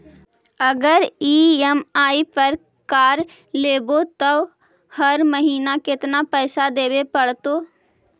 अगर ई.एम.आई पर कार लेबै त हर महिना केतना पैसा देबे पड़तै?